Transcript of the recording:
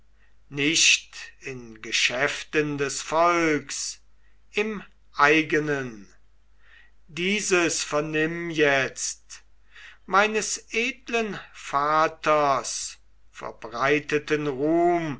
nicht in geschäften des volks im eigenen dieses vernimm jetzt meines edlen vaters verbreiteten ruhm